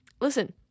listen